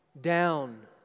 down